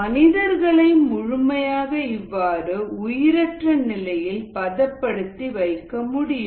மனிதர்களையும் முழுமையாக இவ்வாறு உயிரற்ற நிலையில் பதப்படுத்தி வைக்க முடியும்